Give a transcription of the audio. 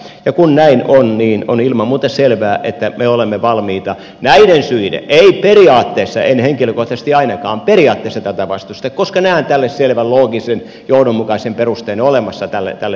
kun näin on niin on ilman muuta selvää että me olemme valmiita näistä syistä ei periaatteessa en henkilökohtaisesti ainakaan periaatteessa tätä vastusta koska näen selvän loogisen johdonmukaisen perusteen olemassa tälle menettelylle